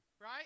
right